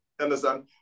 Understand